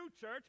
church